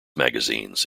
magazines